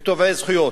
תובעי זכויות.